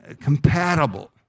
compatible